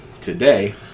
today